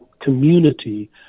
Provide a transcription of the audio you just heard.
community